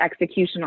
executional